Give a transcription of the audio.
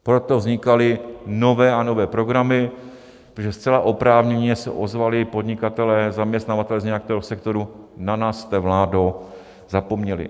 Proto vznikaly nové a nové programy, protože zcela oprávněně se ozvali podnikatelé, zaměstnavatelé z nějakého sektoru na nás jste, vládo, zapomněli.